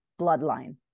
bloodline